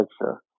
picture